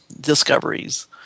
discoveries